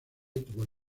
tuvo